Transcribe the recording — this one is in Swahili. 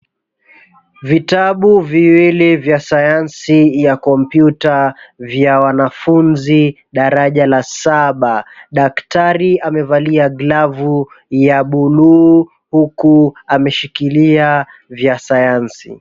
Vitabu viwili vya sayansi ya kompyuta vya wanafunzi daraja la saba. Daktari amevalia glavu ya buluu huku ameshikilia vya sayansi.